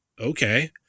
okay